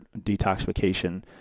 detoxification